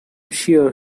sure